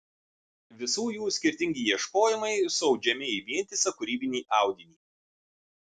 visų jų skirtingi ieškojimai suaudžiami į vientisą kūrybinį audinį